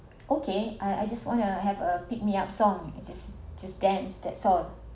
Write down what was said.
okay I I just wanna have a pick me up song I just just dance that song